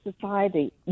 society